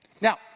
Now